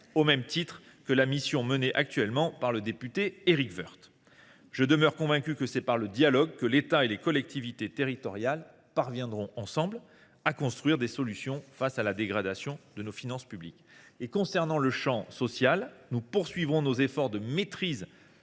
au même titre que la mission menée par le député Éric Woerth. Je demeure convaincu que c’est par le dialogue que l’État et les collectivités territoriales parviendront ensemble à construire des solutions face à la dégradation de nos finances publiques. Dans le champ social, nous poursuivrons nos efforts de maîtrise